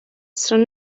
són